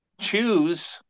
choose